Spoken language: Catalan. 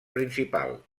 principal